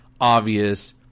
obvious